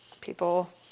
People